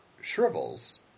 shrivels